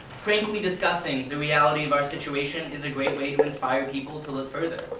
frankly discussing the reality of our situation is a great way to inspire people to look further.